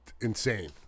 insane